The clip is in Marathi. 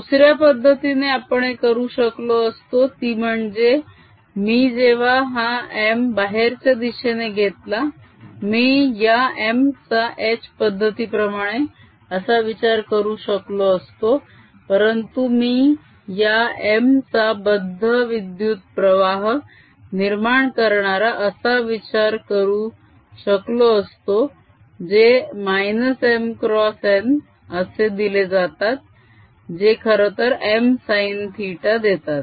दुसऱ्या पद्धतीने आपण हे करू शकलो असतो ती म्हणजे मी जेव्हा हा m बाहेरच्या दिशेने घेतला मी या m चा h पद्धती प्रमाणे असा विचार करू शकलो असतो परंतु मी या m चा बद्ध विद्युत प्रवाह निर्माण करणारा असा विचार करू शकलो असतो जे -mxn असे दिले जातात जे खरंतर m sin θ देतात